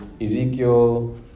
Ezekiel